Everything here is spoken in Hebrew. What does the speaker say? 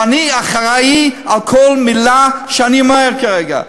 ואני אחראי לכל מילה שאני אומר כרגע.